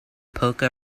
poke